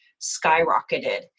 skyrocketed